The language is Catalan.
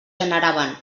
generaven